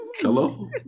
hello